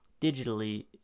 digitally